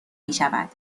میشود